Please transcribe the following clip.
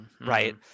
Right